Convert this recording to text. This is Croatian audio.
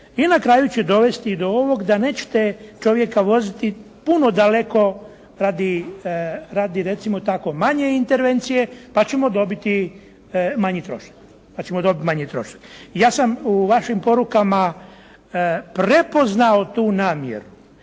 i na kraju će dovesti do ovog da nećete čovjeka voziti puno daleko radi recimo tako manje intervencije, pa ćemo dobiti manji trošak. Ja sam u vašim porukama prepoznao tu namjeru.